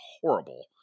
horrible